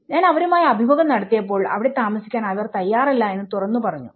ഞാൻ അവരുമായി അഭിമുഖം നടത്തിയപ്പോൾ അവിടെ താമസിക്കാൻ അവർ തയ്യാറല്ല എന്ന് തുറന്നു പറഞ്ഞു